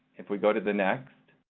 if we go to the next,